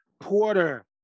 Porter